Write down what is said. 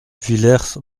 villers